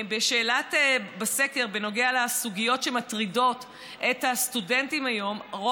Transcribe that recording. בסקר בנוגע לסוגיות שמטרידות את הסטודנטים היום הצביע